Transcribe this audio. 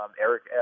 Eric